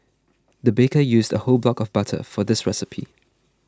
the baker used a whole block of butter for this recipe